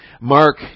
Mark